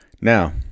Now